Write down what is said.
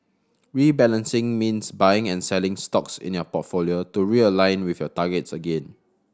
rebalancing means buying and selling stocks in your portfolio to realign with your targets again